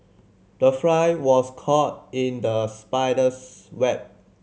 the fly was caught in the spider's web